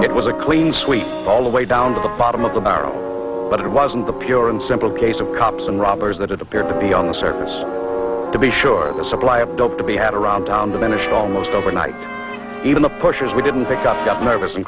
it was a clean sweep all the way down to the bottom of the barrel but it wasn't the pure and simple case of cops and robbers that appeared to be on the surface to be sure the supply of dope to be had around town been it almost overnight even the pushers we didn't pick up got nervous and